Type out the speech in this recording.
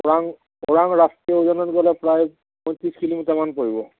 ওৰাং ওৰাং ৰাষ্ট্ৰীয় উদ্যানত গ'লে প্ৰায় পঁয়ত্ৰিছ কিলোমিটাৰমান পৰিব